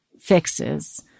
fixes